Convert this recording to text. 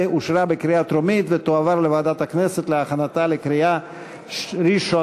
אושרה בקריאה טרומית ותועבר לוועדת הכנסת להכנתה לקריאה ראשונה.